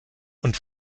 und